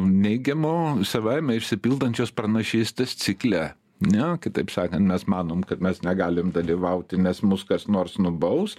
neigiamo savaime išsipildančios pranašystės cikle ne kitaip sakant mes manom kad mes negalim dalyvauti nes mus kas nors nubaus